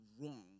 wrong